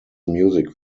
music